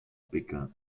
pékin